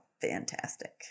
fantastic